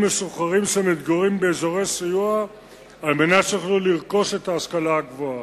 משוחררים שמתגוררים באזורי סיוע על מנת שיוכלו לרכוש השכלה גבוהה.